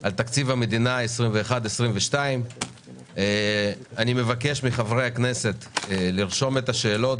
על תקציב המדינה 2022-2021. אני מבקש מחברי הכנסת לרשום את השאלות,